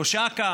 ראש אכ"א.